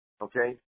Okay